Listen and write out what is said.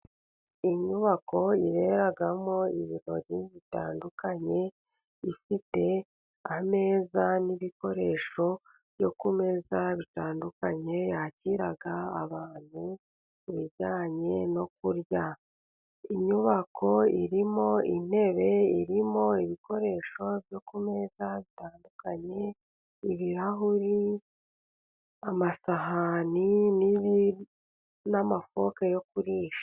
Inyubako iberamo ibirori bitandukanye, ifite ameza n’ibikoresho byo kumeza bitandukanye. Yakira abantu mu bijyanye no kurya. Inyubako irimo intebe, irimo ibikoresho byo kumeza bitandukanye: ibirahuri, amasahani n’amafoke yo kurisha.